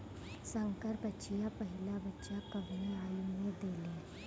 संकर बछिया पहिला बच्चा कवने आयु में देले?